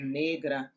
negra